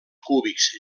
cúbics